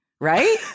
right